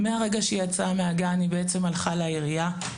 מהרגע שהיא יצאה מהגן, היא בעצם הלכה לעירייה,